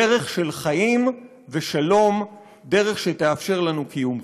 דרך של חיים ושלום, דרך שתאפשר לנו קיום כאן.